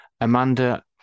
Amanda